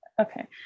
Okay